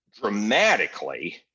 Dramatically